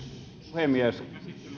puhemies käsittelyn pohjana